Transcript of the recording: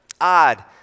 odd